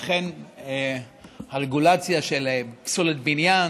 אכן, הרגולציה של פסולת בניין